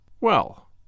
Well